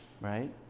right